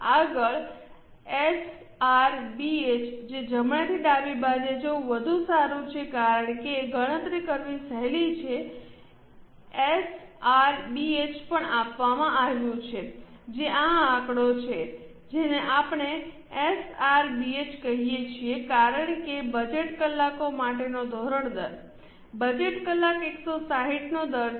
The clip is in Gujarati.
આગળ એસઆરબીએચ છે જમણેથી ડાબે જવું વધુ સારું છે કારણ કે ગણતરી કરવી સહેલું છે એસઆરબીએચ પણ આપવામાં આવ્યું છે જે આ આંકડો છે જેને આપણે એસઆરબીએચ કહીએ છીએ કારણ કે બજેટ કલાકો માટેનો ધોરણ દર બજેટ કલાક 160 નો દર છે